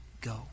go